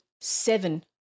seven